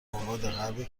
آبادغرب